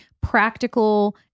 practical